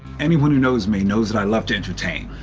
anyone who knows me, knows that i love to entertain.